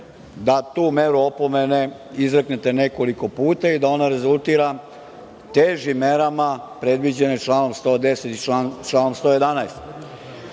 da tu meru opomene izreknete nekoliko puta i da ona rezultira težim merama predviđenim članom 110. i članom